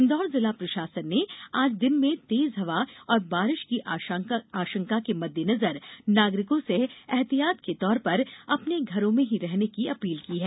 इंदौर जिला प्रषासन ने आज दिन में तेज हवा और बारिश की आशंका के मद्देनजर नागरिकों से एहतियात के तौर पर अपने घरों में ही रहने की अपील की है